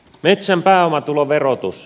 metsän pääomatuloverotus